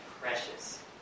precious